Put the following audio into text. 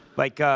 like,